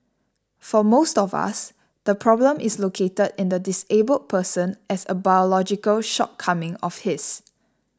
for most of us the problem is located in the disabled person as a biological shortcoming of his